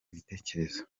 ibitekerezo